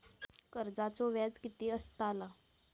कर्जाचो व्याज कीती असताला?